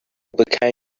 became